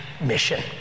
mission